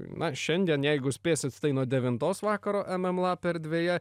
na šiandien jeigu spėsit tai nuo devintos vakaro em em lap erdvėje